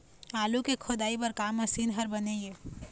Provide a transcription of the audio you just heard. आलू के खोदाई बर का मशीन हर बने ये?